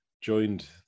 joined